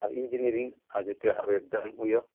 अब इन्जिनियरिङ हजुर त्यो अब एकदम उयो